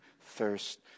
thirst